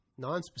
nonspecific